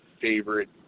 favorite